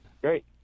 Great